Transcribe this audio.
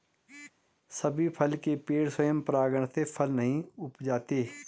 सभी फल के पेड़ स्वयं परागण से फल नहीं उपजाते